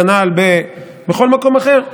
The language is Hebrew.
כנ"ל בכל מקום אחר,